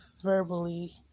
verbally